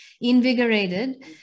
invigorated